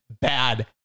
Bad